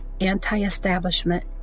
anti-establishment